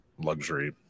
luxury